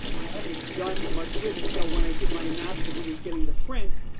i haven't done much with it so when i did my announcement who was getting the print,